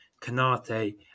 Canate